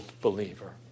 believer